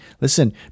Listen